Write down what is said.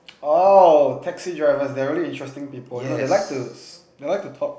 oh taxi drivers they are really interesting people you know they like to they like to talk